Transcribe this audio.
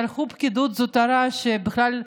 שלחו פקידות זוטרה, שבכלל,